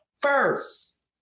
first